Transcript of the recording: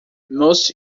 use